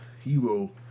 hero